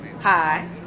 Hi